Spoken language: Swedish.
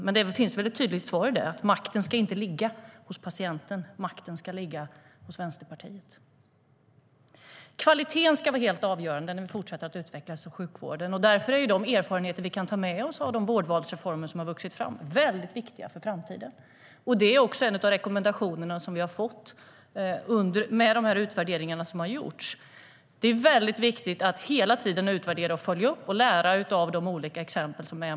Men det finns väl ett tydligt svar i det: Makten ska inte ligga hos patienten; makten ska ligga hos Vänsterpartiet.Kvaliteten ska vara helt avgörande när vi fortsätter att utveckla hälso och sjukvården. Därför är de erfarenheter vi kan ta med oss av de vårdvalsreformer som har vuxit fram väldigt viktiga för framtiden. Det är också en av rekommendationerna som vi har fått när det gäller de utvärderingar som har gjorts. Det är viktigt att hela tiden utvärdera, följa upp och lära av olika exempel.